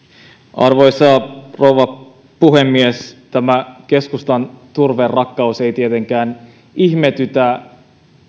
arvoisa rouva puhemies tämä keskustan turverakkaus ei tietenkään ihmetytä